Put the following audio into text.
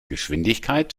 geschwindigkeit